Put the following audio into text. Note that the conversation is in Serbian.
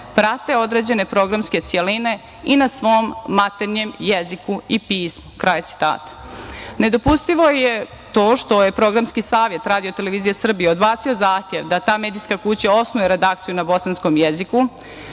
prate određene programske celine i na svom maternjem jeziku i pismu“, kraj citata. Nedopustivo je to što je Programski savet RTS odbacio zahtev da ta medijska kuća osnuje redakciju na bosanskom jeziku,